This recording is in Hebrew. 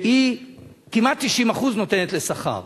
וכמעט 90% היא נותנת לשכר.